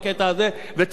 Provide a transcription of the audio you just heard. ייאמרו בו דברים נכונים.